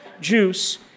juice